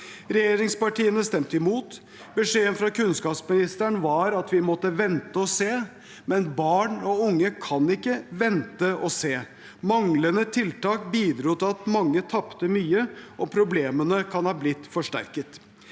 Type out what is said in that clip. Regjeringspartiene stemte imot. Beskjeden fra kunnskapsministeren var at vi måtte vente og se, men barn og unge kan ikke vente og se. Manglende tiltak bidro til at mange tapte mye, og problemene kan ha blitt forsterket.